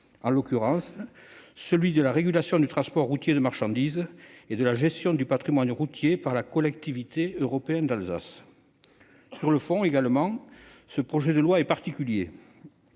en l'occurrence celui de la régulation du transport routier de marchandises et de la gestion du patrimoine routier par la Collectivité européenne d'Alsace. Sur le fond, également, ce projet de loi est particulier.